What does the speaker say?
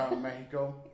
Mexico